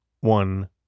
one